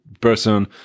person